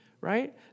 right